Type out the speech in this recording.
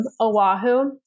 Oahu